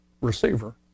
receiver